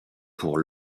pour